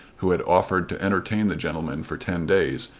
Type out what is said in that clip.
who had offered to entertain the gentleman for ten days,